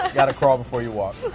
ah gotta crawl before you walk.